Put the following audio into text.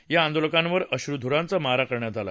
या आंदोलकांवर अश्रूधूराचा मारा करण्यात आला